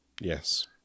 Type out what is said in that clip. Yes